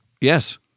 Yes